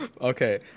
Okay